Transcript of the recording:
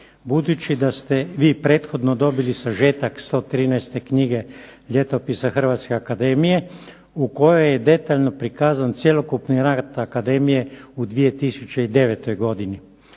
budući da ste vi prethodno dobili sažetak 113. knjige ljetopisa Hrvatske akademije u kojoj je detaljno prikazan cjelokupni rad akademije u 2009. godini.